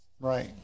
Right